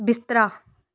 ਬਿਸਤਰਾ